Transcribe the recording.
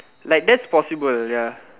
like that's possible ya